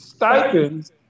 stipends